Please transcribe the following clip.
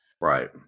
Right